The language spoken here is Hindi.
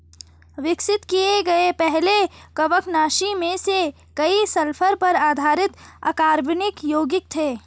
विकसित किए गए पहले कवकनाशी में से कई सल्फर पर आधारित अकार्बनिक यौगिक थे